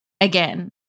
again